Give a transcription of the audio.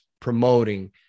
promoting